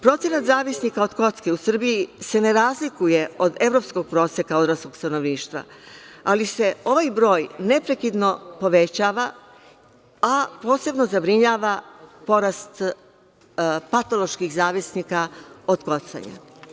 Procenat zavisnika od kocke u Srbiji se ne razlikuje od evropskog proseka odraslog stanovništva, ali se ovaj broj neprekidno povećava, a posebno zabrinjava porast patoloških zavisnika od kockanja.